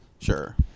Sure